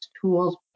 tools